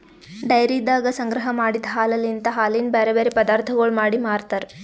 ಡೈರಿದಾಗ ಸಂಗ್ರಹ ಮಾಡಿದ್ ಹಾಲಲಿಂತ್ ಹಾಲಿನ ಬ್ಯಾರೆ ಬ್ಯಾರೆ ಪದಾರ್ಥಗೊಳ್ ಮಾಡಿ ಮಾರ್ತಾರ್